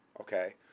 Okay